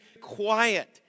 quiet